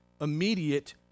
immediate